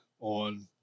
on